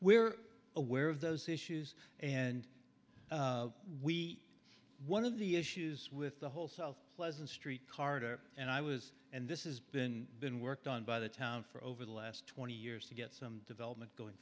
we're aware of those issues and we one of the issues with the whole south pleasant street corridor and i was and this is been been worked on by the town for over the last twenty years to get some development going